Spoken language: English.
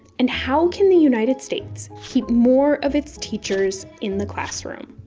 and how can the united states keep more of its teachers in the classroom?